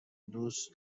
دوست